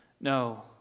No